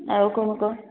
ଆଉ କ'ଣ କହ